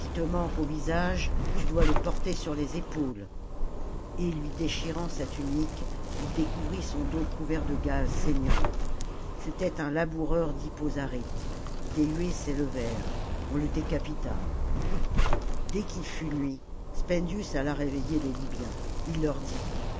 te manque au visage tu dois le porter sur les épaules et lui déchirant sa tunique il découvrit son dos couvert de gales saignantes c'était un laboureur dhippo zaryte des huées s'élevèrent on le décapita dès qu'il fut nuit spendius alla réveiller les libyens il leur dit